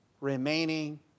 remaining